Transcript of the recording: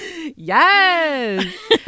yes